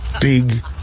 big